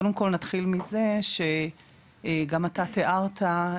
קודם כל נתחיל מזה שגם אתה תיארת,